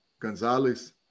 Gonzalez